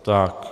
Tak.